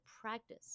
practice